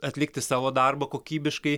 atlikti savo darbą kokybiškai